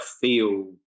feel